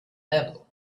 level